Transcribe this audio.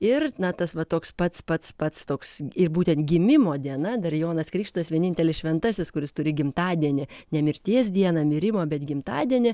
ir na tas va toks pats pats pats toks ir būtent gimimo diena dar jonas krikštytojas vienintelis šventasis kuris turi gimtadienį ne mirties dieną mirimo bet gimtadienį